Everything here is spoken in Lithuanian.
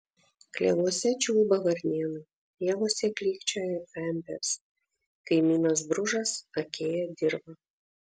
klevuose čiulba varnėnai pievose klykčioja pempės kaimynas bružas akėja dirvą